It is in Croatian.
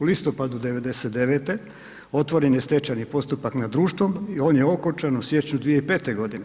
U listopadu 99. otvoren je stečajni postupak nad društvom i on je okončan u siječnju 2005. g.